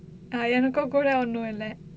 ah எனக்கு கூட ஒன்னு இல்ல:enakku kooda onnu illa